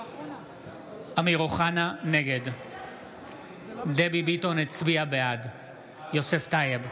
אמיר אוחנה, נגד יוסף טייב,